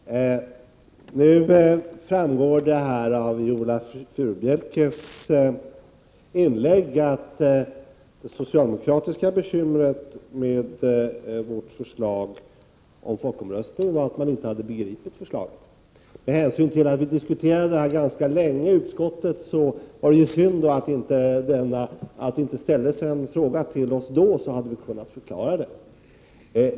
Herr talman! Nu framgår det av Viola Furubjelkes inlägg att det socialdemokratiska bekymret med vårt förslag om folkomröstning var att man inte hade begripit förslaget. Med hänsyn till att vi diskuterade detta ganska länge i utskottet, var det synd att det inte ställdes en fråga till oss då, så hade vi kunnat förklara förslaget.